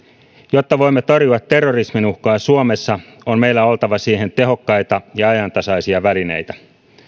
jotta voimme torjua terrorisminuhkaa suomessa on meillä oltava siihen tehokkaita ja ajantasaisia välineitä